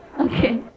Okay